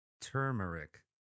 turmeric